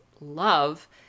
love